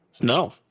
No